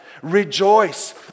rejoice